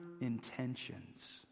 intentions